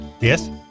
Yes